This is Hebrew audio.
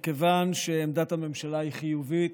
מכיוון שעמדת הממשלה היא חיובית,